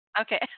Okay